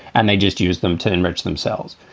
and they just use them to enrich themselves,